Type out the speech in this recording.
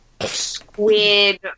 squid